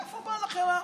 מאיפה בא לכם,